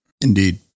Indeed